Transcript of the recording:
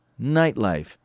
nightlife